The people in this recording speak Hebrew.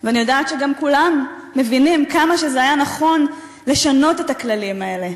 ואני יודעת שגם כולם מבינים כמה שזה היה נכון לשנות את הכללים האלה,